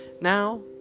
Now